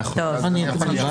שלי.